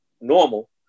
normal